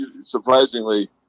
surprisingly